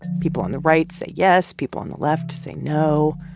people on the right say yes. people on the left say no.